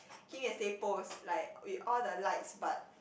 Kim yesterday post like with all the lights but